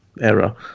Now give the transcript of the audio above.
error